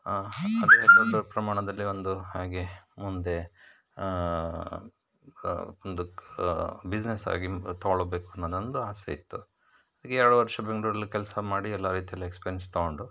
ಅದೇ ದೊಡ್ಡ ಪ್ರಮಾಣದಲ್ಲಿ ಒಂದು ಹಾಗೆ ಮುಂದೆ ಒಂದು ಬಿಸ್ನೆಸ್ಸಾಗಿ ತೊಗೊಳ್ಬೇಕು ಅನ್ನೋದೊಂದು ಆಸೆ ಇತ್ತು ಎರ್ಡು ವರ್ಷ ಬೆಂಗಳೂರಲ್ಲಿ ಕೆಲಸ ಮಾಡಿ ಎಲ್ಲ ರೀತಿಯಲ್ಲಿ ಎಕ್ಸ್ಪೀರಿಯೆನ್ಸ್ ತೊಗೊಂಡು